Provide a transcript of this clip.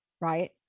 right